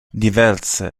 diverse